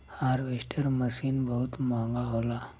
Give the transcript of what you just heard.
harvester मसीन बहुत महंगा होला